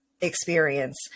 experience